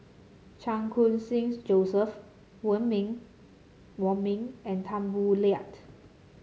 Chan Khun Sing Joseph Ming Wong Ming and Tan Boo Liat